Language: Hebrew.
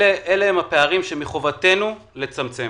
אלה הם הפערים שמחובתנו לצמצם